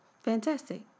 Fantastic